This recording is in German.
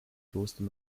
kloster